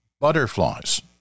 butterflies